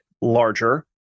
larger